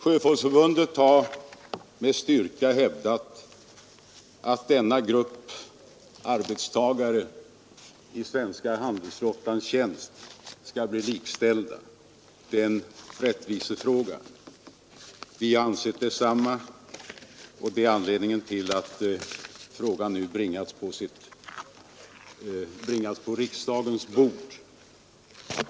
Sjöfolksförbundet har med styrka hävdat att denna grupp arbetstagare i svenska handelsflottans tjänst måste bli likställd; det är en rättvisefråga. Vi har ansett detsamma, vilket är anledningen till att frågan nu bringats på riksdagens bord.